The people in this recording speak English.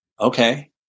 okay